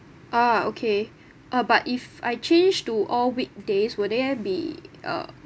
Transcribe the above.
ah okay uh but if I change to all weekdays will there be uh